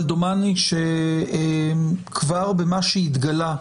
אבל דומני שכבר במה שהתגלה,